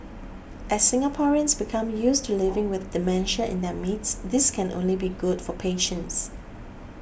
as Singaporeans become used to living with dementia in their midst this can only be good for patients